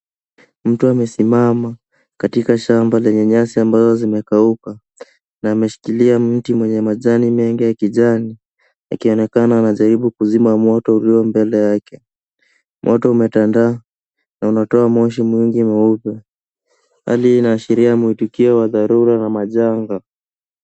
Mtu amesimama katika shamba lenye nyasi ambazo zimekauka na ameshikilia mti mwenye majani mengi ya kijani akionekana akijaribu kuzima moto ulio mbele yake. Moto umetandaa na unatoa moshi mwingi mweupe. Hali hii inaashiria mwiitikio wa dharura na majanga.